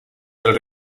del